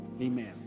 Amen